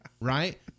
Right